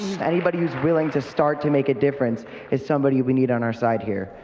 anybody who's willing to start to make a difference is somebody we need on our side here.